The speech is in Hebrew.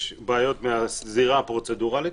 יש בעיות מהזירה הפרוצדורלית,